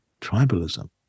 tribalism